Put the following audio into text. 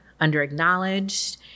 underacknowledged